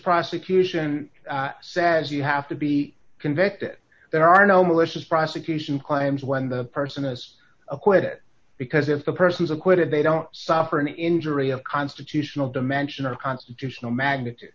prosecution says you have to be convinced that there are no malicious prosecution climbs when the person is acquitted because if the person is acquitted they don't suffer an injury of constitutional dimension or constitutional magnitude